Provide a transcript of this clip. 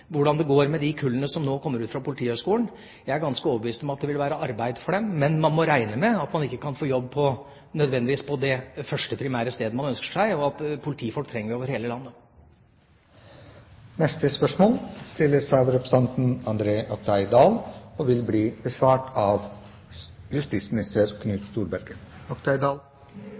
hvordan det går med de kullene som nå kommer ut fra Politihøgskolen. Jeg er ganske overbevist om at det vil være arbeid for dem. Men man må regne med at man ikke nødvendigvis kan få jobb på det første og primære stedet man ønsker seg. Politifolk trenger vi over hele landet. Ja, nå er det ønskerepriser og